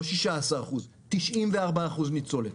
לא 16%. 94% ניצולת.